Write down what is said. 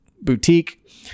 boutique